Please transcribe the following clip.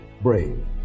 brave